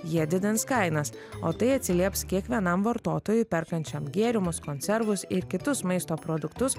jie didins kainas o tai atsilieps kiekvienam vartotojui perkančiam gėrimus konservus ir kitus maisto produktus